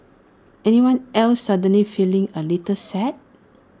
anyone else suddenly feeling A little sad